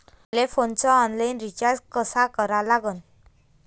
मले फोनचा online recharge कसा करा लागन?